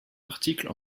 article